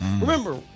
Remember